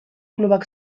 klubak